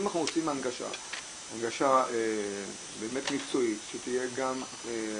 אם אנחנו רוצים הנגשה באמת מקצועית שהציבור